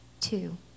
two